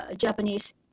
Japanese